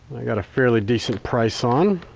i got a fairly decent price on.